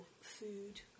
food